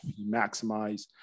maximize